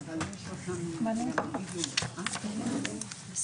הישיבה ננעלה בשעה 13:11.